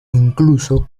incluso